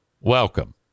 Welcome